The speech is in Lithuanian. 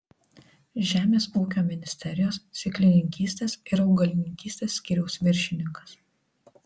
žemės ūkio ministerijos sėklininkystės ir augalininkystės skyriaus viršininkas